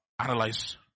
analyze